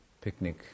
picnic